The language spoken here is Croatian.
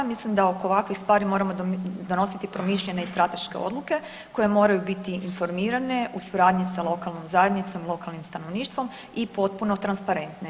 Mislim da oko ovakvih stvari moramo donositi promišljene i strateške odluke koje moraju biti informirane u suradnji sa lokalnom zajednicom, lokalnim stanovništvom i potpuno transparentne.